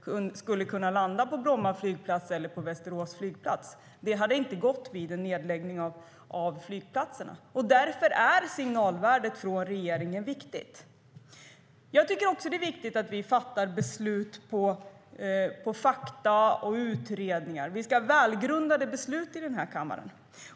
som skulle kunna landa på Bromma flygplats eller Västerås flygplats. Det hade inte gått vid en nedläggning av flygplatserna. Därför är signalvärdet från regeringen viktigt. Jag tycker också att det är viktigt att vi fattar beslut mot bakgrund av fakta och utredningar. Vi ska ha välgrundade beslut här i kammaren.